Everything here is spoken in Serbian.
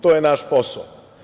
To je naš posao.